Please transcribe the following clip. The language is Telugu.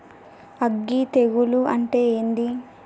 అగ్గి తెగులు అంటే ఏంది?